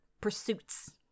pursuits